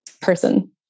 person